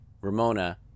Ramona